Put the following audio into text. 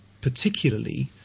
particularly